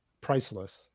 priceless